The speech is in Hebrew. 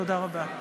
תודה רבה.